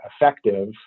effective